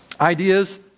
Ideas